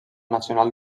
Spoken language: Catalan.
nacional